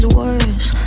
worse